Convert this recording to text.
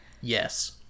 Yes